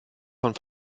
von